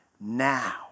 now